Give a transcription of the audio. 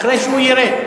אחרי שהוא ירד.